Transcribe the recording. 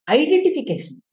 identification